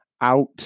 out